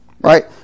Right